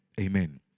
Amen